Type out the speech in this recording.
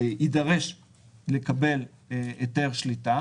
יידרש לקבל היתר שליטה